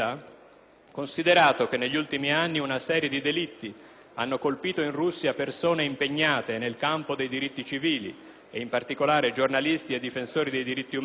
considerato che negli ultimi anni una serie di delitti hanno colpito in Russia persone impegnate nel campo dei diritti civili e in particolare giornalisti e difensori dei diritti umani;